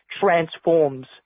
transforms